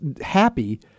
happy